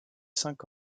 cinq